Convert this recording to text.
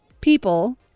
people